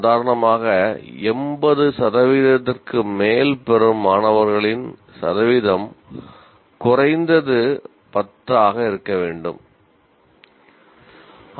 உதாரணமாக 80 சதவீதத்திற்கு மேல் பெறும் மாணவர்களின் சதவீதம் குறைந்தது 10 ஆக இருக்க வேண்டும்